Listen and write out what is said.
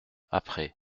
après